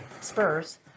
spurs